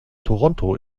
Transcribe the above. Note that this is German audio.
toronto